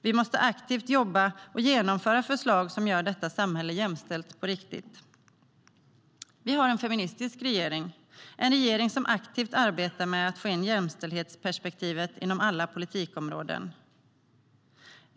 Vi måste aktivt jobba och genomföra förslag som gör detta samhälle jämställt på riktigt. Vi har en feministisk regering, en regering som aktivt arbetar med att få in jämställdhetsperspektivet på alla politikområden.